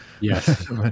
Yes